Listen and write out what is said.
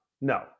no